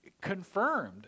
confirmed